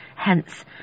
Hence